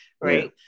right